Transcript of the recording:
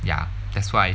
ya that's why